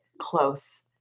close